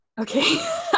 Okay